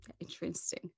interesting